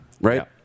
Right